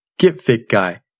getfitguy